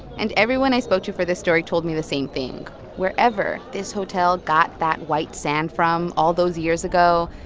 and everyone i spoke to for this story told me the same thing wherever this hotel got that white sand from all those years ago,